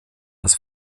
das